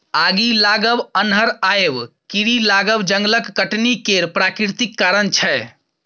आगि लागब, अन्हर आएब, कीरी लागब जंगलक कटनी केर प्राकृतिक कारण छै